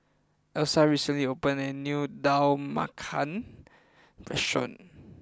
Elsa recently opened a new Dal Makhani restaurant